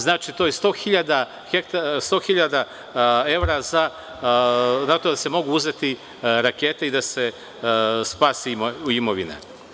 Znači, to je sto hiljada evra, za to se mogu uzeti rakete i da se spasi imovina.